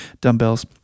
dumbbells